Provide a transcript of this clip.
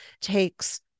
takes